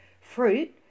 Fruit